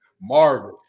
Marvin